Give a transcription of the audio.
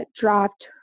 dropped